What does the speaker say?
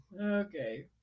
Okay